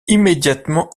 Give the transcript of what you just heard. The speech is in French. immédiatement